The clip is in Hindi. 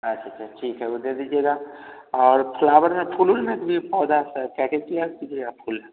अच्छा अच्छा ठीक है वह दे दीजिएगा और फ्लावर में फुल उल में भी पौधा क्या क्या तैयार कीजिएगा फूल